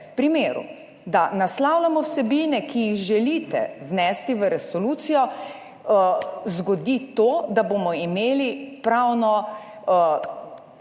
v primeru, da naslavljamo vsebine, ki jih želite vnesti v resolucijo, zgodi to, da bomo imeli pravno